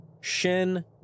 Shen